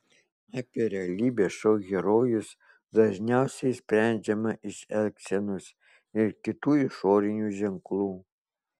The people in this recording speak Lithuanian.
apie realybės šou herojus dažniausiai sprendžiama iš elgsenos ir kitų išorinių ženklų